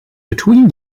between